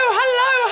hello